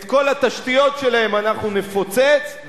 את כל התשתיות שלהם אנחנו נפוצץ,